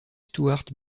stuart